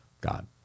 God